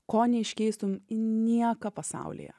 ko neiškeistum į nieką pasaulyje